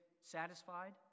satisfied